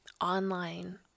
online